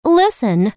listen